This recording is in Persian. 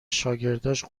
شاگرداش